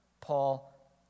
Paul